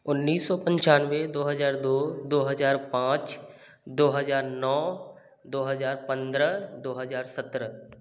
उन्नीस सौ पंचानवे दो हजार दो दो हजार पाँच दो हजार नौ दो हजार पंद्रह दो हजार सत्रह